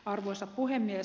arvoisa puhemies